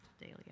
daily